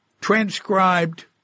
transcribed